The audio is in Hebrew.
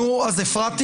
אז הפרעתי לה?